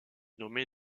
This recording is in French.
nommé